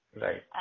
Right